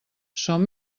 som